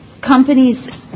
companies